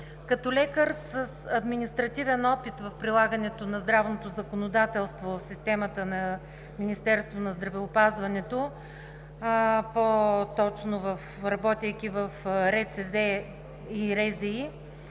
Като лекар с административен опит в прилагането на здравното законодателство в системата на Министерството на здравеопазването – по-точно работейки в РЦЗ и РЗИ,